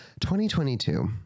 2022